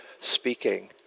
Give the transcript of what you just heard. speaking